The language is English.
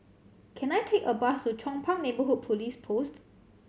can I take a bus to Chong Pang Neighbourhood Police Post